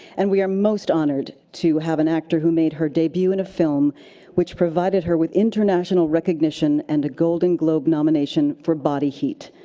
and we are most honored to have an actor who made her debut in a film which provided her with international recognition and a golden globe nomination for body heat.